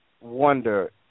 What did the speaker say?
wonder